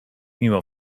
mimo